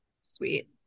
sweet